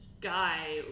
guy